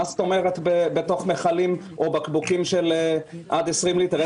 מה זאת אומרת בבקבוקים של עד 20 ליטר?